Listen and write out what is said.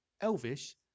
elvish